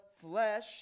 flesh